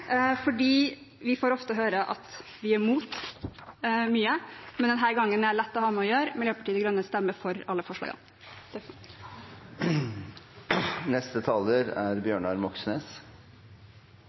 Vi får ofte høre at vi er imot mye, men denne gangen er jeg lett å ha med å gjøre: Miljøpartiet De Grønne stemmer for alle forslagene.